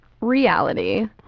reality